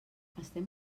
estem